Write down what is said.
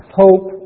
hope